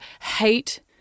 hate